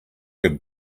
good